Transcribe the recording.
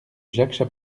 jacques